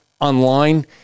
online